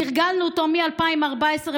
תרגלנו אותו מ-2014,